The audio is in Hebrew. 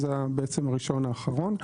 זה הרשיון האחרון.